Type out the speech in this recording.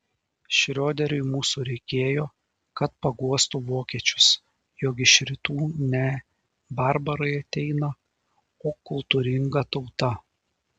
šrioderiui mūsų reikėjo kad paguostų vokiečius jog iš rytų ne barbarai ateina o kultūringa tauta